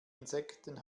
insekten